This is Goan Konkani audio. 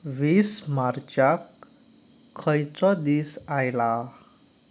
वीस मार्चाक खंयचो दीस आयला